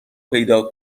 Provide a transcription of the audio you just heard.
پیدا